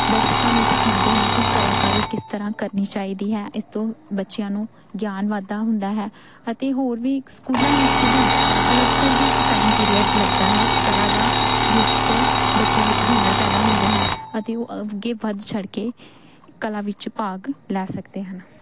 ਦਰਸ਼ਕਾਂ ਨੂੰ ਸਿਖਾਉਂਦੇ ਹਨ ਕਿ ਕਲਾਕਾਰੀ ਕਿਸ ਤਰ੍ਹਾਂ ਕਰਨੀ ਚਾਹੀਦੀ ਹੈ ਇਸ ਤੋਂ ਬੱਚਿਆਂ ਨੂੰ ਗਿਆਨ ਵਾਧਾ ਹੁੰਦਾ ਹੈ ਅਤੇ ਹੋਰ ਵੀ ਸਕੂਲਾਂ ਵਿੱਚ ਵੀ ਅਲੱਗ ਤੋਂ ਹੀ ਇੱਕ ਟਾਈਮ ਪੀਰੀਅਡ ਲੱਗਦਾ ਹੈ ਕਲਾ ਦਾ ਜਿਹ ਤੋਂ ਬੱਚਿਆਂ ਵਿੱਚ ਹੁਨਰ ਪੈਦਾ ਹੁੰਦਾ ਹੈ ਅਤੇ ਉਹ ਅੱਗੇ ਵੱਧ ਚੜ੍ਹ ਕੇ ਕਲਾ ਵਿੱਚ ਭਾਗ ਲੈ ਸਕਦੇ ਹਨ